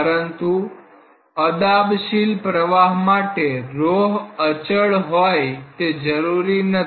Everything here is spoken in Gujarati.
પરંતુ અદાબશીલ પ્રવાહ માટે ρ અચળ હોય તે જરૂરી નથી